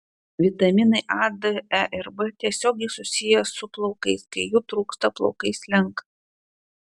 vitaminai a d e ir b tiesiogiai susiję su plaukais kai jų trūksta plaukai slenka